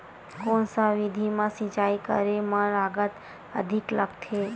कोन सा विधि म सिंचाई करे म लागत अधिक लगथे?